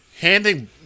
handing